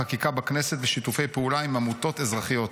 חקיקה בכנסת ושיתופי פעולה עם עמותות אזרחיות.